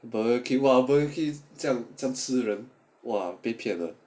Burger King !wah! Burger King 这样吃人 !wah!